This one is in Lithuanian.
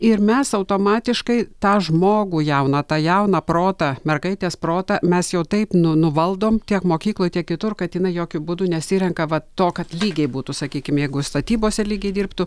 ir mes automatiškai tą žmogų jauną tą jauną protą mergaitės protą mes jau taip nu nuvaldom tiek mokykloj tiek kitur kad jinai jokiu būdu nesirenka va to kad lygiai būtų sakykim jeigu statybose lygiai dirbtų